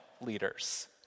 leaders